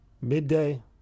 midday